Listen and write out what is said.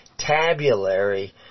tabulary